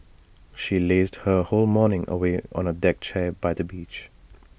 she lazed her whole morning away on A deck chair by the beach